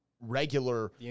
regular